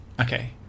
Okay